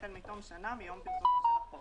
החל מתום שנה מיום פרסומו של החוק,